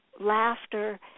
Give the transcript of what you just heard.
laughter